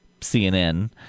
CNN